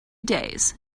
days